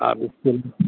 آپ اس فلڈ